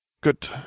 Good